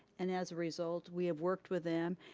and as a result, we have worked with them,